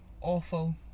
awful